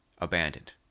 abandoned